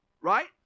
right